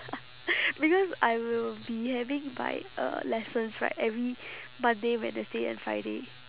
because I will be having my uh lessons right every monday wednesday and friday